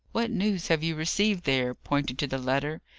what news have you received there? pointing to the letter.